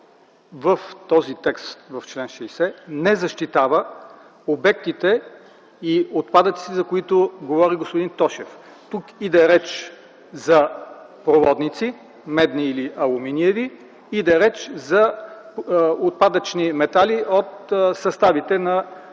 че този закон в чл. 60 не защитава обектите и отпадъците, за които говори господин Тошев. Тук иде реч за проводници – медни или алуминиеви, иде реч за отпадъчни метали от съставите на